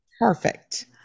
Perfect